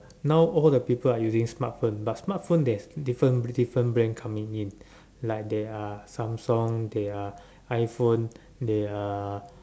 now all the people are using smart phone but smartphone there's different different brand coming in like there are Samsung there are iPhone there are